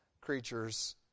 creatures